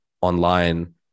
online